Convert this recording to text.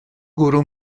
gwrw